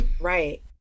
Right